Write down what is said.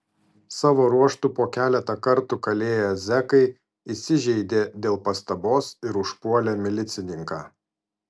savo ruožtu po keletą kartų kalėję zekai įsižeidė dėl pastabos ir užpuolė milicininką